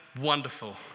wonderful